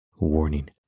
Warning